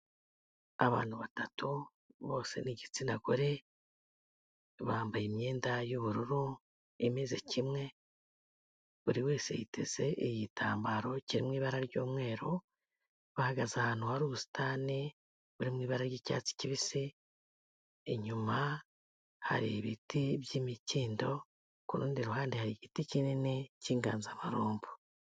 Abantu batatu bose ni igitsina gore, bambaye imyenda y'ubururu imeze kimwe, buri wese yiteze igitambaro kiri mu ibara ry'umweru, bahagaze ahantu hari ubusitani buri mu ibara ry'icyatsi kibisi, inyuma hari ibiti by'imikindo, ku rundi ruhande hari igiti kinini cy'inganzamarumbo.